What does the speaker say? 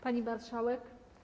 Pani Marszałek!